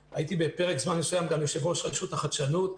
ופרק זמן מסוים הייתי גם יושב-ראש רשות החדשנות.